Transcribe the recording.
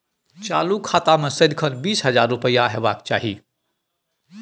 चालु खाता मे सदिखन बीस हजार रुपैया हेबाक चाही